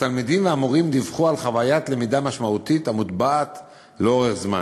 התלמידים והמורים דיווחו על חוויית למידה משמעותית המוטבעת לאורך זמן.